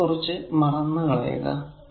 ഇതിനെ കുറിച്ച് മറന്നു കളയുക